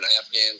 Afghan